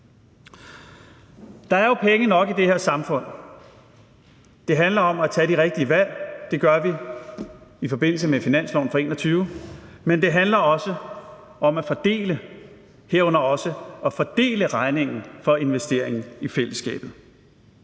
Der er jo penge nok i det her samfund. Det handler om at tage de rigtige valg. Det gør vi i forbindelse med finansloven for 2021. Men det handler også om at fordele, herunder også fordele regningen for investeringen i fællesskabet.